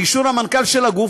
באישור המנכ"ל של הגוף,